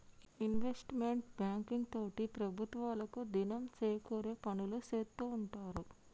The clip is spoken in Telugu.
ఇన్వెస్ట్మెంట్ బ్యాంకింగ్ తోటి ప్రభుత్వాలకు దినం సేకూరే పనులు సేత్తూ ఉంటారు